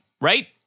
right